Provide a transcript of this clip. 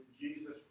Jesus